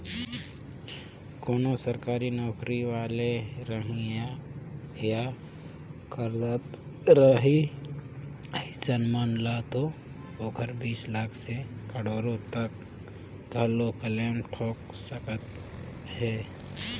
कोनो सरकारी नौकरी वाले रही या करदाता रही अइसन मन ल तो ओहर बीस लाख से करोड़ो तक घलो क्लेम ठोक सकत हे